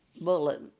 bullet